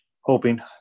hoping